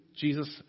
Jesus